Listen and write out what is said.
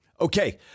Okay